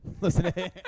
Listen